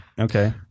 okay